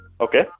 Okay